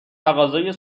تقاضای